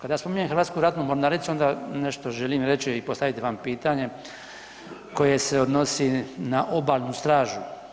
Kada spominjem Hrvatsku ratnu mornaricu onda nešto želim reći i postaviti vam pitanje koje se odnosi na Obalnu stražu.